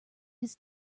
his